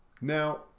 Now